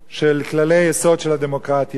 של כללי יסוד של הדמוקרטיה,